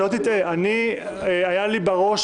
שלא תטעה היה לי בראש